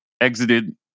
exited